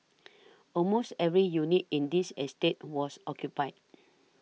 almost every unit in this estate was occupied